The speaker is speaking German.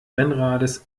rennrades